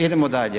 Idemo dalje.